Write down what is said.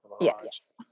yes